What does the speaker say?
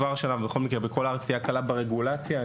בכל הארץ תהיה הקלה ברגולציה,